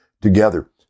together